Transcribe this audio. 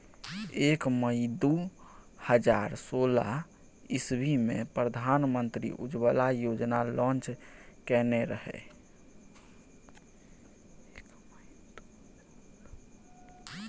एक मइ दु हजार सोलह इस्बी मे प्रधानमंत्री उज्जवला योजना लांच केने रहय